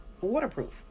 waterproof